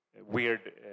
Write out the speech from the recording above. weird